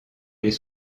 les